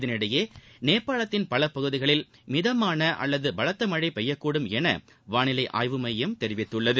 இதற்கிடையே நேபாளத்தின் பல பகுதிகளில் மிதமான அல்லது பலத்த மழை பெய்யக்கூடும் என்று வானிலை ஆய்வு மையம் தெரிவித்துள்ளது